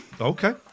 Okay